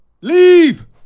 Leave